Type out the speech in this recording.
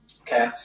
Okay